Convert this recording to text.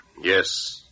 Yes